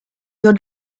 your